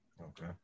Okay